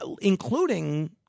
including